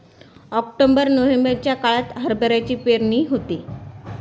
October नोव्हेंबरच्या काळात हरभऱ्याची पेरणी होते